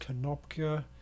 Kanopka